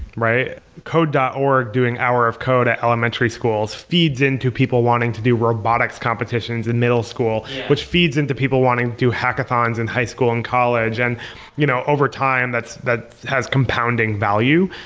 right? code dot org doing hour of code at elementary schools, feeds into people wanting to do robotics competitions in middle school, which feeds into people wanting to do hackathons in high school and college. and you know over time, that has compounding value.